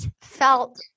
felt